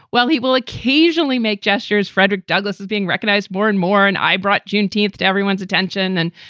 well, he will occasionally make gestures. frederick douglass is being recognized more and more. and i brought juneteenth to everyone's attention. and,